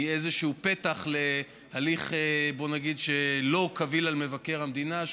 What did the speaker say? יהיה איזשהו פתח להליך שלא קביל על מבקר המדינה,